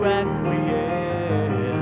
acquiesce